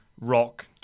rock